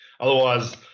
Otherwise